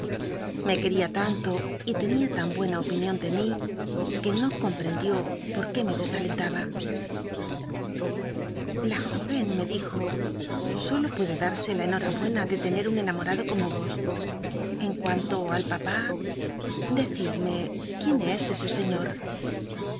me quería lanlo y tenia tan buena opínion de mí que no comprendió por qué me elesalentaba j ajóyen me dijo solo puede darse la enhorabuena de tener un enamorado como os en cuanto al papá deeidme quién es ese señor